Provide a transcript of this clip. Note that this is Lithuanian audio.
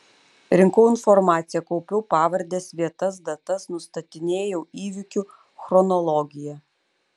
rinkau informaciją kaupiau pavardes vietas datas nustatinėjau įvykių chronologiją